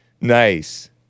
Nice